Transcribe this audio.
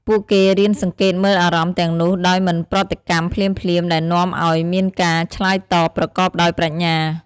ពួកគេរៀនសង្កេតមើលអារម្មណ៍ទាំងនោះដោយមិនប្រតិកម្មភ្លាមៗ ដែលនាំឱ្យមានការឆ្លើយតបប្រកបដោយប្រាជ្ញា។